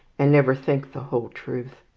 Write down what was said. and never think the whole truth.